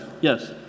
Yes